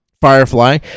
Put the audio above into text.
Firefly